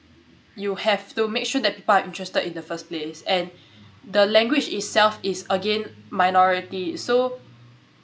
you have to make sure that people are interested in the first place and the language itself is again minority so